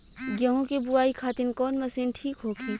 गेहूँ के बुआई खातिन कवन मशीन ठीक होखि?